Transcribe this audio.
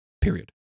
period